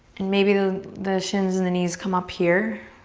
and maybe the shins and the knees come up here